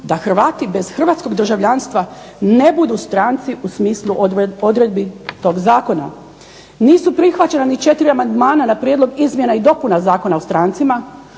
da Hrvati bez hrvatskog državljanstva ne budu stranci u smislu odredbi toga Zakona. Nisu prihvaćena ni 4 amandmana na Prijedlog izmjena i dopuna Zakona o strancima,